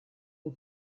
for